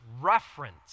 reference